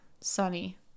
sunny